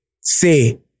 say